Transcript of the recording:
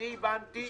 אני הבנתי ש